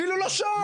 אפילו לא שעה.